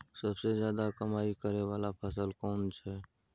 सबसे ज्यादा कमाई करै वाला फसल कोन छै?